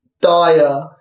dire